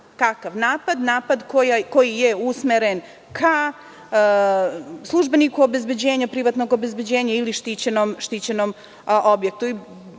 Napad koji je usmeren ka službeniku obezbeđenja, privatnog obezbeđenja ili štićenom objektu.